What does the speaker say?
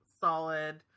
solid